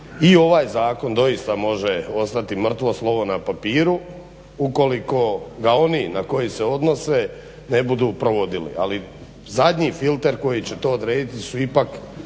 i ovaj zakon doista može ostati mrtvo slovo na papiru ukoliko ga oni na koji se odnose ne budu provodili ali zadnji filter koji će to odrediti su ipak